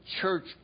church